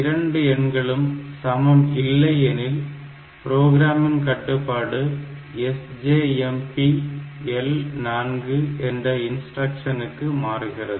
இரண்டு எண்களும் சமம் இல்லை எனில் புரோகிராமின் கட்டுப்பாடு SJMP L4 என்ற இன்ஸ்டிரக்ஷனுக்கு மாறுகிறது